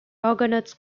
argonauts